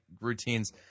routines